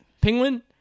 penguin